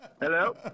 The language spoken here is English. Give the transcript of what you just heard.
Hello